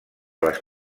les